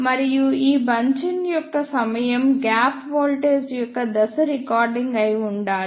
మరియు ఈ బంచింగ్ యొక్క సమయం గ్యాప్ వోల్టేజ్ యొక్క దశ రిటార్డింగ్ అయి ఉండాలి